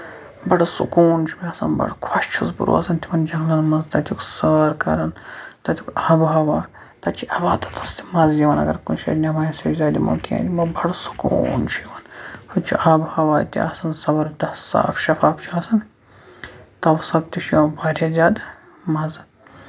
بَڈٕ سکوٗن چھُ مےٚ آسان بَڈٕ خۄش چھُس بہٕ روزان تِمن جِنٛگلن منٛز تَتیُک سٲر کران تَتیُک آب و ہوا تَتہِ چھِ عبادتَس تہِ مَزٕ یِوان اَگر کُنہِ شایہِ نیماز سٔجدٕ دِمو کیٚنہہ دِمو کیٚنٛہہ بَڈٕ سکوٗن چھُ یِوان ہُتہِ چھُ آب و ہوا تہِ آسان زَبرداست صاف شَفاف چھُ آسان تَوٕ سببہٕ تہِ چھُ یِوان واریاہ زیادٕ مَزٕ